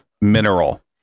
mineral